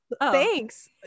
thanks